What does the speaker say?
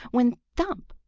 when thump!